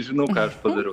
žinau ką aš padariau